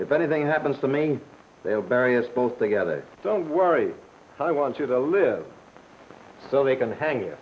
if anything happens to me they will bury us both together don't worry i want you to live so they can hang